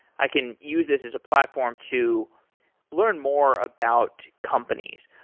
i can use this as a platform to learn more about companies.